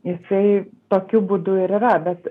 jisai tokiu būdu ir yra bet